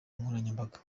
nkoranyambaga